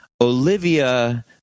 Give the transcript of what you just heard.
Olivia